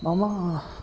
मम